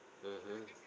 mmhmm